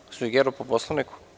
Gospođo Gerov, po Poslovniku.